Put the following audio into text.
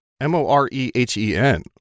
M-O-R-E-H-E-N